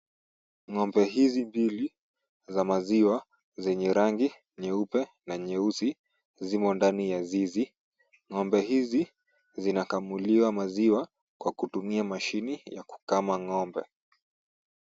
Ngombe hizi mbili za maziwa zenye rangi nyeupe na nyeusi zimo ndani ya zizi. Ngombe hizi zinakamuliwa maziwa kwa kutumia mashine ya kukama ngombe.